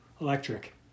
Electric